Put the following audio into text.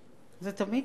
זה שקוף,